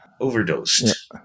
overdosed